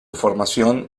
formación